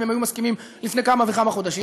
הם היו מסכימים לפני כמה וכמה חודשים,